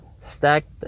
stacked